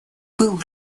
был